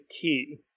key